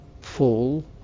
fall